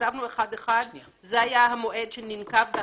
בכל הכבוד,